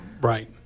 Right